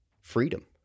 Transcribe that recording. freedom